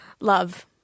love